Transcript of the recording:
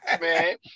man